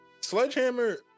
Sledgehammer